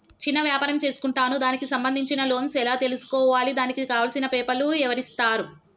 చిన్న వ్యాపారం చేసుకుంటాను దానికి సంబంధించిన లోన్స్ ఎలా తెలుసుకోవాలి దానికి కావాల్సిన పేపర్లు ఎవరిస్తారు?